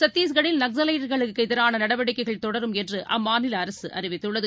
சத்தீஷ்கரில் நக்ஸலைட்டுகளுக்குஎதிரானநடவடிக்கைகள் தொடரும் என்றுஅம்மாநிலஅரசுஅறிவித்துள்ளது